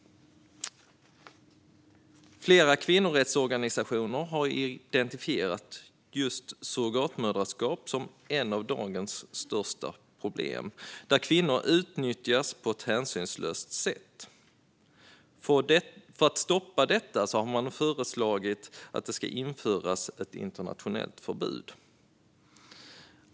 Flera kvinnorättsorganisationer har identifierat just surrogatmödraskap som ett av dagens största problem där kvinnor utnyttjas på ett hänsynslöst sätt. För att stoppa detta har man föreslagit att det ska införas ett internationellt förbud.